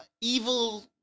evil